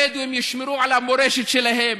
הבדואים ישמרו את המורשת שלהם,